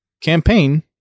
campaign